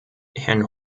herrn